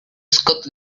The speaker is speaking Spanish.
scott